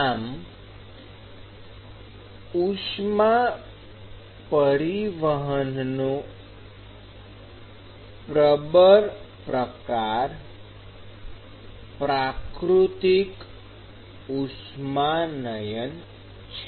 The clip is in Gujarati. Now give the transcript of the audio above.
આમ ઉષ્મા પરિવહનનો પ્રબળ પ્રકાર પ્રાકૃતિક ઉષ્માનયન છે